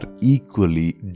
equally